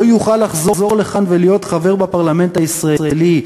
לא יכול לחזור לכאן ולהיות חבר בפרלמנט הישראלי.